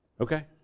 okay